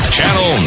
Channel